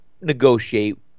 negotiate